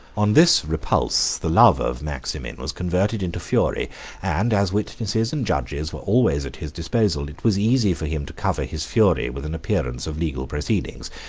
on this repulse, the love of maximin was converted into fury and as witnesses and judges were always at his disposal, it was easy for him to cover his fury with an appearance of legal proceedings,